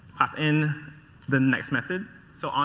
pass in the next method. so, um